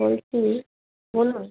বলছি বলুন